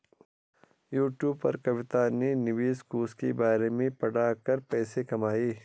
YouTube पर कविता ने निवेश कोष के बारे में पढ़ा कर पैसे कमाए